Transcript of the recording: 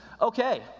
Okay